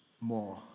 more